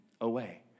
away